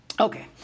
Okay